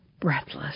breathless